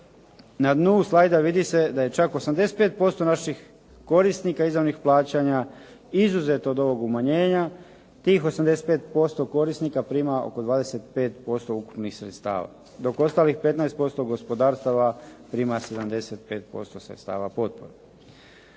na dnu slajda vidi se da je čak 85% naših korisnika izravnih plaćanja izuzeto od ovog umanjenja. Tih 85% korisnika prima oko 25% ukupnih sredstava dok ostalih 15% gospodarstava prima 75% sredstava potpore.